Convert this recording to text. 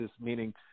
meaning